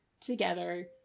together